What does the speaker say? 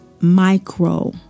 micro